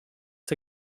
its